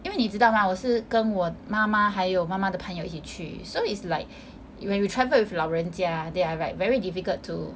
因为你知道吗我是跟我妈妈还有妈妈的朋友一起去 so it's like when we travel with 老人家 they are like very difficult to